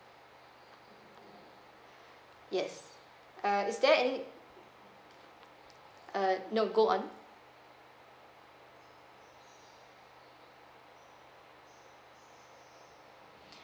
yes uh is there any uh no go on